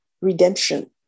redemption